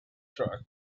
track